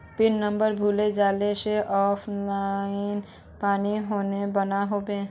Pin number भूले जाले से ऑफर नया पिन कन्हे बनो होबे?